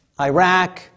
Iraq